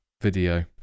video